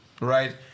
right